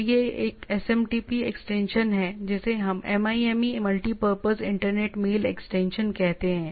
तो यह एक SMTP एक्सटेंशन है जिसे हम MIME multipurpose internet mail extension कहते हैं